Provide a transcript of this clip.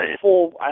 full